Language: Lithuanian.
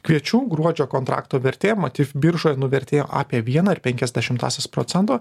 kviečių gruodžio kontrakto vertė matyt biržoj nuvertėjo apie vieną ir penkias dešimtąsias procento